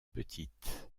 petite